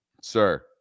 Sir